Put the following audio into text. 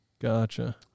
Gotcha